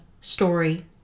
story